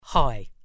Hi